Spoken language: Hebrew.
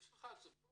יש לך את זה פה.